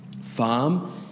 farm